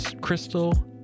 crystal